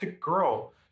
Girl-